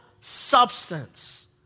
substance